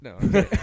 No